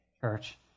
church